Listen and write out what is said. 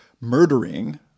murdering